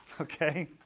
okay